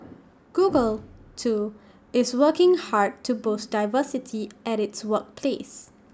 Google too is working hard to boost diversity at its workplace